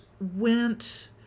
went